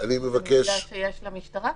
זה מידע שיש למשטרה?